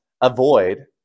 avoid